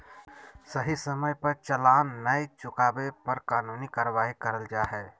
सही समय पर चालान नय चुकावे पर कानूनी कार्यवाही करल जा हय